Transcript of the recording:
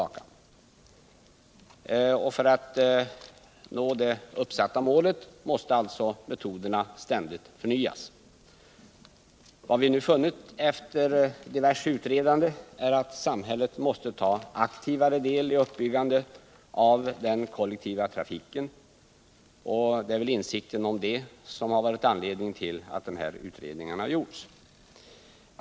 För att man skall kunna nå det uppsatta målet måste metoderna ständigt förnyas. Vad vi nu funnit efter diverse utredande är, att samhället måste aktivare ta del i uppbyggnaden av den kollektiva trafiken. Insikten om detta torde vara anledningen till de utredningar som har gjorts.